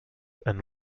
and